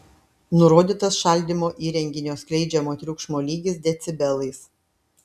nurodytas šaldymo įrenginio skleidžiamo triukšmo lygis decibelais